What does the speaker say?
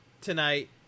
tonight